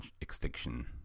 extinction